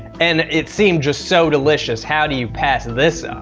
and it seemed just so delicious. how do you pass this up?